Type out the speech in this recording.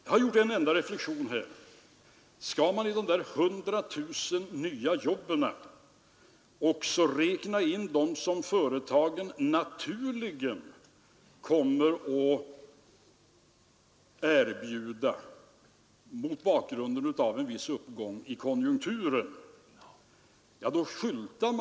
Jag vågar säga att det är inte så förskräckligt många länder som i det tidsperspektiv vi talar om, alltså efterkrigstiden, har klarat sig så pass hyggligt som Sverige.